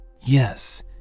Yes